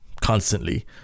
constantly